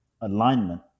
alignment